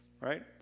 Right